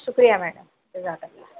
شکریہ میڈم جزاک اللہ